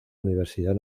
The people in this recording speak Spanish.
universidad